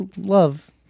love